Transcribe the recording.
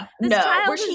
no